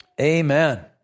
Amen